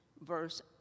verse